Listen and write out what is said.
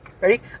ready